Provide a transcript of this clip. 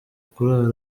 kurara